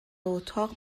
اتاق